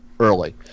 Early